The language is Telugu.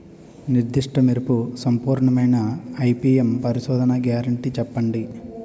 నిర్దిష్ట మెరుపు సంపూర్ణమైన ఐ.పీ.ఎం పరిశోధన గ్యారంటీ చెప్పండి?